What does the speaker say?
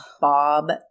Bob